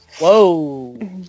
Whoa